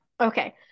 Okay